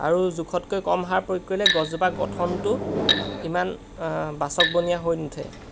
আৰু জোখতকৈ কম সাৰ প্ৰয়োগ কৰিলে গছজোপাৰ গঠনটো ইমান বাচকবনীয়া হৈ নুঠে